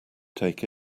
take